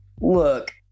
Look